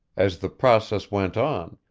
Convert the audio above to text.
as the process went on,